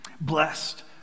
Blessed